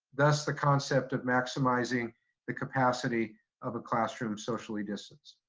thus the concept of maximizing the capacity of a classroom socially distanced.